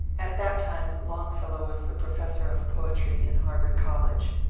at that time longfellow was the professor of poetry in harvard college.